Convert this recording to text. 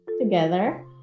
Together